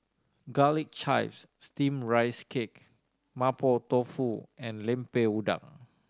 garlic chives steame rice cake Mapo Tofu and Lemper Udang